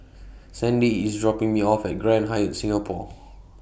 Sandie IS dropping Me off At Grand Hyatt Singapore